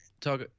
talk